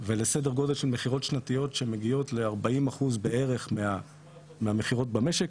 ולסדר גודל של מכירות שנתיות שמגיעות ל-40% בערך מהמכירות במשק,